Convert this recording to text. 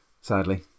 Sadly